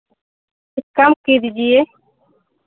कम के दीजिए